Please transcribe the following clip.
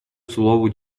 слово